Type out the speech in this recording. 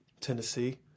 Tennessee